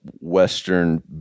Western